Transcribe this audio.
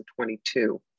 2022